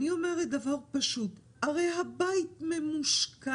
אני אומרת דבר פשוט, הרי הבית ממושכן,